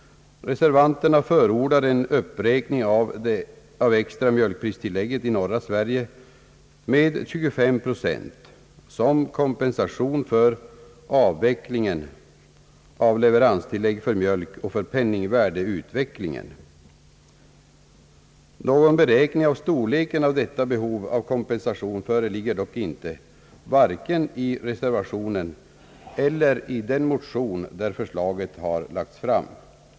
Reservanterna förordar en uppräkning av det extra mjölkpristilllägget i norra Sverige med 25 procent, som kompensation för avvecklingen av leveranstillägg för mjölk och för penningvärdeutvecklingen. Någon beräkning av storleken av detta behov av kompensation föreligger dock inte, vare sig i reservationen eller i den motion, där förslaget har lagts fram.